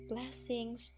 Blessings